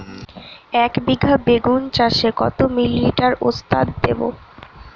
একবিঘা বেগুন চাষে কত মিলি লিটার ওস্তাদ দেবো?